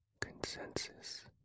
Consensus